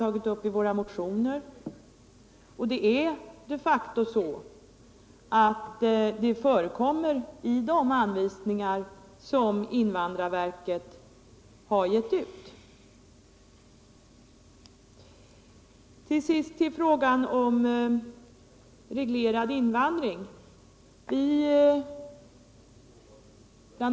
Det är de av utlänningsärenfacto så att bestämmelser om detta förekommer i de anvisningar som den invandrarverket har givit ut. Till sist vill jag ta upp frågan om reglerad invandring. Bl.